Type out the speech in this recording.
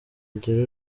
agira